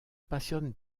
passionne